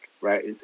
right